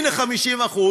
הנה 50%,